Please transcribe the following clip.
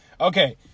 Okay